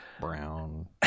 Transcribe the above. Brown